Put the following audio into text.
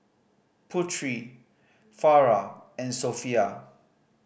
Putri Farah and Sofea